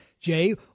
Jay